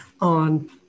on